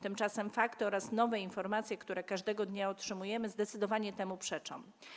Tymczasem fakty i nowe informacje, które każdego dnia otrzymujemy, zdecydowanie temu przeczą.